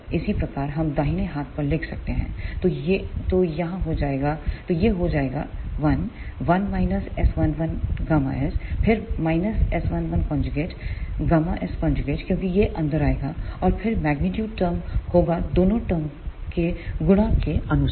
इसी प्रकार हम दाहिने हाथ पर लिख सकते हैं तो यह हो जाएगा 1 1 S11Γs फिर S11Γs क्योंकि यह अंदर आएगा और फिर मेग्नीट्यूड टर्म होगा दोनों टर्म्स के गुणों के अनुसार